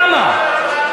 כמה?